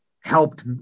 helped